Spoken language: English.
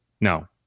No